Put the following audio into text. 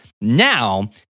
now